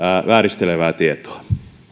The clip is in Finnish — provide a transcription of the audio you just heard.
vääristelevää tietoa